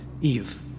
Eve